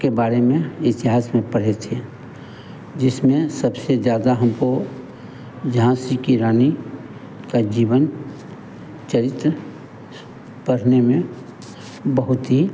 के बारे में इतिहास में पढ़े थे जिसमें सबसे ज़्यादा हमको झाँसी की रानी का जीवन चरित्र पढ़ने में बहुत ही